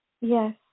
Yes